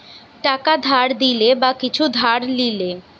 টাকা ধার দিলে বা কিছু ধার লিলে